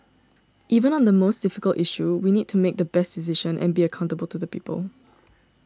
even on the most difficult issue we need to make the best decision and be accountable to the people